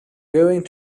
going